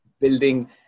building